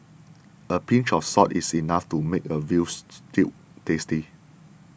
a pinch of salt is enough to make a veal stew tasty